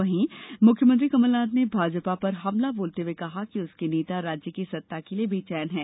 वहीं मुख्यमंत्री कमलनाथ ने भाजपा पर हमला बोलते हुए कहा कि उसके नेता राज्य की सत्ता को लिए बैचेन है